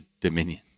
Dominion